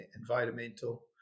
environmental